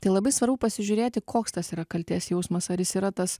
tai labai svarbu pasižiūrėti koks tas yra kaltės jausmas ar jis yra tas